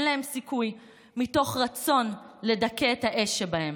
להם סיכוי מתוך רצון לדכא את האש שבהם.